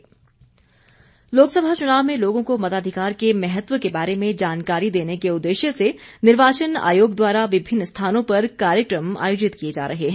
मतदाता जागरूकता लोकसभा चुनाव में लोगों को मताधिकार के महत्व के बारे में जानकारी देने के उद्देश्य से निर्वाचन आयोग द्वारा विभिन्न स्थानों पर कार्यक्रम आयोजित किए जा रहे हैं